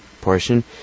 portion